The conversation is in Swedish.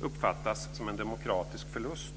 uppfattas som en demokratisk förlust.